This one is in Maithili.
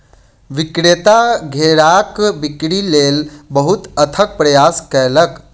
विक्रेता घेराक बिक्री लेल बहुत अथक प्रयास कयलक